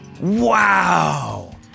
Wow